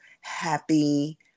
happy